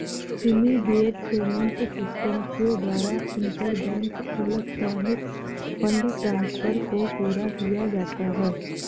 immediate payment system के द्वारा interbank electronic fund transfer को पूरा किया जाता है